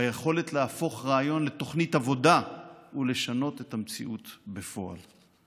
ביכולת להפוך רעיון לתוכנית עבודה ולשנות את המציאות בפועל.